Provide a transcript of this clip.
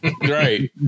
right